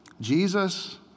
Jesus